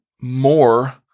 more